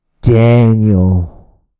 Daniel